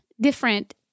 different